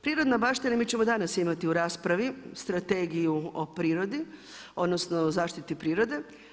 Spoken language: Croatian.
Prirodna baština mi ćemo danas imati u raspravi Strategiju o prirodi, odnosno o zaštiti prirode.